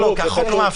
כי החוק לא מאפשר.